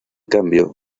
cambio